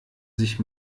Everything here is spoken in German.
sich